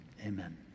amen